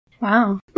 Wow